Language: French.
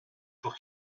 pour